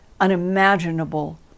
unimaginable